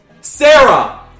Sarah